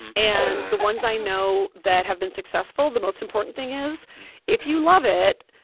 and the ones i know that have been successful, the most important thing is if you love it,